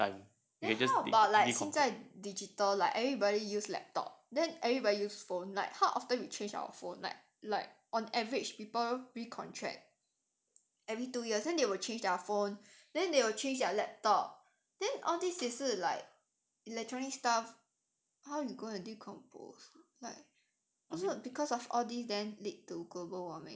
but like 现在 digital like everybody use laptop then everybody use phone like how often we change our phone like like on average people re-contract every two years and they will change their phone then they will change their laptop then all these like electronic stuff how you gonna decompose like also because of all these then lead to global warming eh